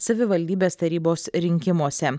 savivaldybės tarybos rinkimuose